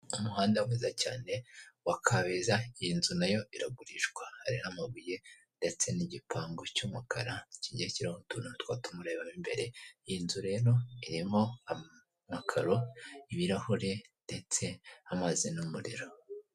Umuhanda mwiza cyane wa Kabeza iyi nzu nayo iragurishwa, hariho amabuye ndetse n'igipangu cy'umukara kigiye kiriho utuntu tutatuma urebamo imbere, iyi nzu rero irimo amakaro ibirahure ndetse n'amazi n'umuriro.